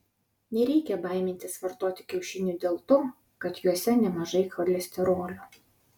nereikia baimintis vartoti kiaušinių dėl to kad juose nemažai cholesterolio